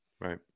right